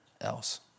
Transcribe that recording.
else